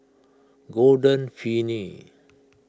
Golden Peony